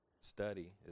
study